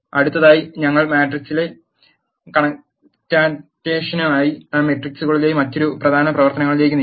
അടുത്തതായി ഞങ്ങൾ മാട്രിക്സ് കൺകാറ്റനേഷനായ മെട്രിക്സുകളിലെ മറ്റൊരു പ്രധാന പ്രവർത്തനത്തിലേക്ക് നീങ്ങുന്നു